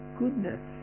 goodness